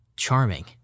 charming